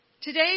Today